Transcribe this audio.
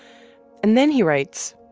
and then he writes,